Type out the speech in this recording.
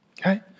okay